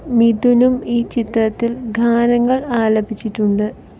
മിഥുനും ഈ ചിത്രത്തിൽ ഗാനങ്ങൾ ആലപിച്ചിട്ടുണ്ട്